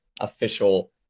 official